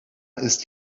ist